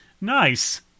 Nice